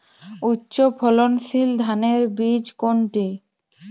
উচ্চ ফলনশীল ধানের বীজ কোনটি?